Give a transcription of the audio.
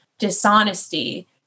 dishonesty